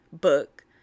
Book